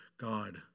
God